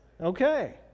Okay